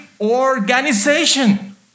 organization